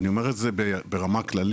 אני אומר את זה ברמה כללית,